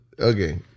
Okay